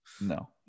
No